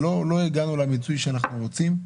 שלא הגענו למיצוי שאנחנו רוצים,